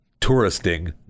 touristing